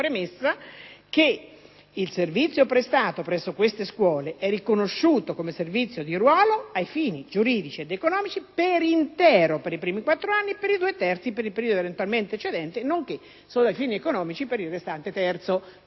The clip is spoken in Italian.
e cioè che il servizio prestato presso queste scuole è riconosciuto come servizio di ruolo ai fini giuridici ed economici per intero per i primi quattro anni e per i due terzi per il periodo eventualmente eccedente, nonché ai soli fini economici per il restante terzo.